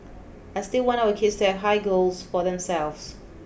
I still want our kids to have high goals for themselves